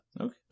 Okay